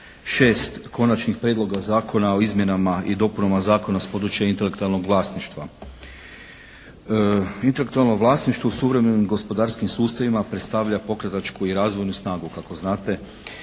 6 konačnih prijedloga zakona o izmjenama i dopunama zakona s područja intelektualnog vlasništva. Intelektualno vlasništvo u suvremenim gospodarskim sustavima predstavlja pokretačku i razvojnu snagu kako znate